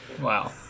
wow